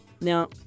now